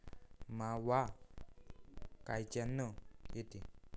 मावा कायच्यानं येते?